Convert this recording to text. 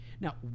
now